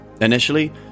Initially